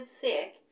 sick